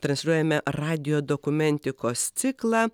transliuojame radijo dokumentikos ciklą